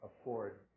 afford